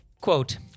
Quote